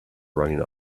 running